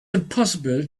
impossible